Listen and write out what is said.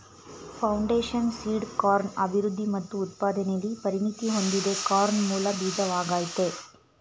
foundation seed corn ಅಭಿವೃದ್ಧಿ ಮತ್ತು ಉತ್ಪಾದನೆಲಿ ಪರಿಣತಿ ಹೊಂದಿದೆ ಕಾರ್ನ್ ಮೂಲ ಬೀಜವಾಗಯ್ತೆ